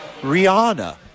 Rihanna